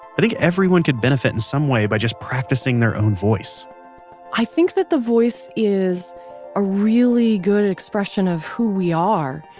i think everyone could benefit in some way by just practicing their voice i think that the voice is a really good expression of who we are.